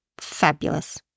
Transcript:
Fabulous